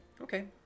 okay